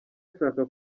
bashaka